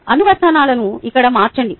అనువర్తనాలను ఇక్కడ మార్చండి